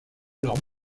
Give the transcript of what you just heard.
leur